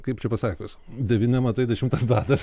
kaip čia pasakius devyni amatai dešimtas badas